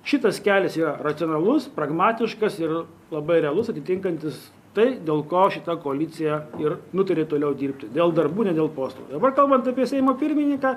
šitas kelias yra racionalus pragmatiškas ir labai realus atitinkantis tai dėl ko šita koalicija ir nutarė toliau dirbti dėl darbų ne dėl postų dabar kalbant apie seimo pirmininką